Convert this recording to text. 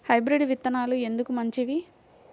Hybrid విత్తనాలు ఎందుకు మంచివి?